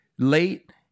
late